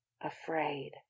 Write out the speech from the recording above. afraid